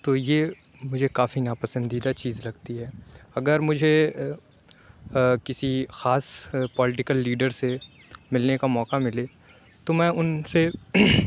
تو یہ مجھے کافی ناپسندیدہ چیز لگتی ہے اگر مجھے کسی خاص پولیٹکل لیڈر سے ملنے کا موقع ملے تو میں اُن سے